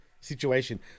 situation